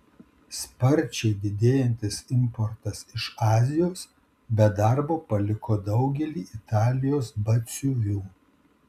sparčiai didėjantis importas iš azijos be darbo paliko daugelį italijos batsiuvių